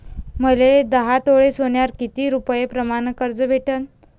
मले दहा तोळे सोन्यावर कितीक रुपया प्रमाण कर्ज भेटन?